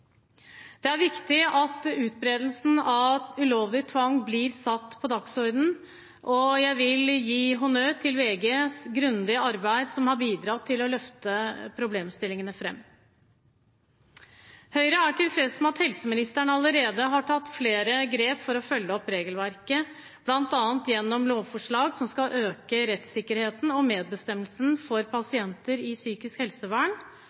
Det er viktig at utbredelsen av ulovlig tvang blir satt på dagsordenen, og jeg vil gi honnør til VGs grundige arbeid, som har bidratt til å løfte problemstillingene fram. Høyre er tilfreds med at helseministeren allerede har tatt flere grep for å følge opp regelverket, bl.a. gjennom lovforslag som skal øke rettssikkerheten og medbestemmelsen for pasienter i psykisk helsevern.